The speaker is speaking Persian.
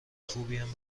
خوبیم